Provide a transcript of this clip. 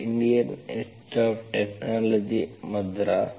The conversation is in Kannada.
Indian institute of technology Madras